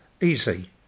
Easy